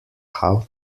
how